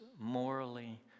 morally